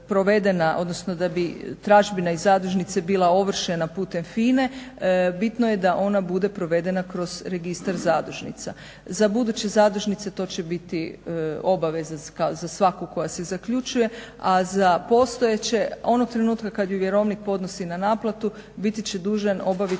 odnosno da bi tražbina i zadužnice bila ovršena putem FINA-e bitno je da ona bude provedena kroz registar zadužnica. Za buduće zadužnice to će biti obaveze za svaku koja se zaključuje, a za postojeće onog trenutka kad ju vjerovnik podnosi na naplatu biti će dužan obaviti